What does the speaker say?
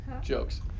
jokes